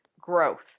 growth